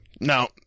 no